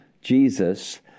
Jesus